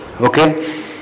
Okay